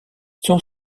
son